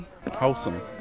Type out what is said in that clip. Wholesome